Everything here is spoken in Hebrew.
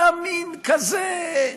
אתה מין כזה,